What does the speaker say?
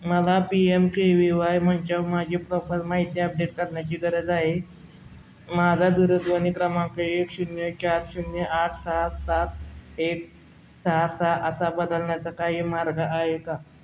मला P M K V Y मंचावर माझी प्रोफाईल माहिती अपडेट करण्याची गरज आहे माझा दूरध्वनी क्रमांक एक शून्य चार शून्य आठ सहा सात एक सहा सहा असा बदलण्याचा काही मार्ग आहे का